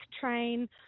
train